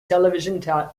television